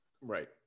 Right